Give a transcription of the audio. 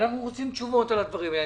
ואנחנו רוצים תשובות על הדברים האלה.